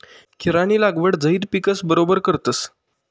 खीरानी लागवड झैद पिकस बरोबर करतस